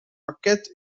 parket